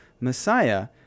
Messiah